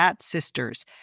Sisters